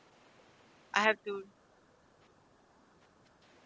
I have to